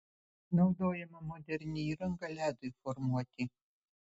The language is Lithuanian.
naudojama moderni įranga ledui formuoti